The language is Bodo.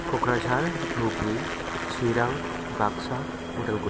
क'क्राझार धुब्री चिरां बाक्सा अदालगुरि